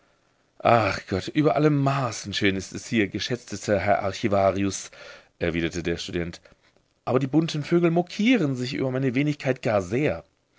ach gott über alle maßen schön ist es hier geschätztester herr archivarius erwiderte der student aber die bunten vögel mokieren sich über meine wenigkeit gar sehr